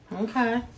Okay